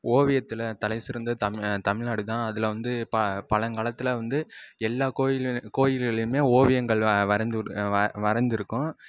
ஓவியத்தில் தலைச்சிறந்த தமிழ்நா தமிழ்நாடு தான் அதில் வந்து ப பழங்காலத்தில் வந்து எல்லா கோயில்கள் கோயில்களிலையுமே ஓவியங்கள் வரைந்து கொண்டு வரை வரைந்திருக்கும்